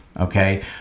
Okay